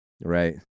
Right